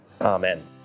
Amen